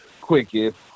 quickest